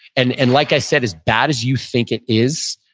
and and like i said, as bad as you think it is,